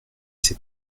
s’est